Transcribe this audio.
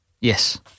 Yes